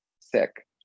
sick